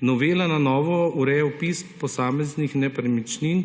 Novela na novo ureja vpis posameznih nepremičnin